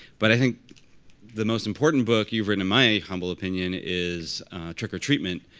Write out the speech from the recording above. but i think the most important book you've written, in my humble opinion, is trick or treatment.